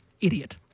idiot